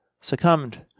succumbed